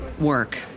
work